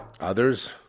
others